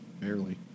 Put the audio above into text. Barely